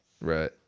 Right